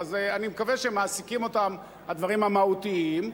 ואנחנו מבינים מה מעסיק אותם בימים האלה.